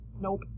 nope